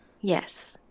Yes